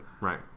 Right